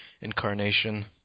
incarnation